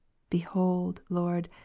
behold, lord,